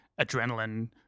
adrenaline